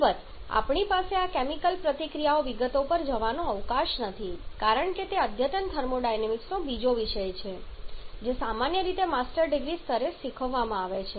અલબત્ત આપણી પાસે આ કેમિકલ પ્રતિક્રિયાની વિગતો પર જવાનો અવકાશ નથી કારણ કે તે અદ્યતન થર્મોડાયનેમિક્સનો બીજો વિષય છે જે સામાન્ય રીતે માસ્ટર ડિગ્રી સ્તરે શીખવવામાં આવે છે